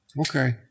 Okay